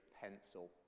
pencil